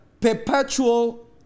perpetual